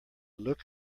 look